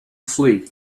flee